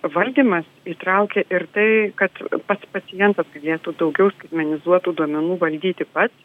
valdymas įtraukia ir tai kad pats pacientas galėtų daugiau skaitmenizuotų duomenų valdyti pats